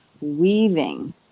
weaving